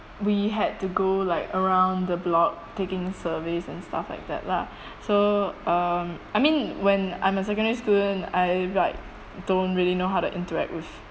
we had to go like around the block taking surveys and stuff like that lah so um I mean when I'm a secondary student like I like don't really know how to interact with